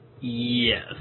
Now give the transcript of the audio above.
yes